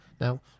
Now